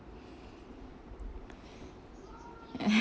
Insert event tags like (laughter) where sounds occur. (laughs)